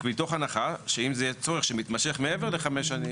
מתוך הנחה שאם זה יהיה צורך שמתמשך מעבר לחמש שנים,